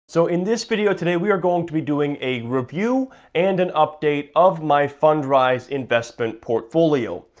so, in this video today we are going to be doing a review and an update of my fundrise investment portfolio.